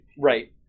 Right